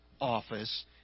office